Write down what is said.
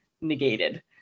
negated